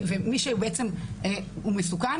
ומי שבעצם הוא מסוכן